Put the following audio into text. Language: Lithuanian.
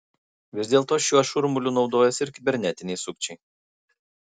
vis dėlto šiuo šurmuliu naudojasi ir kibernetiniai sukčiai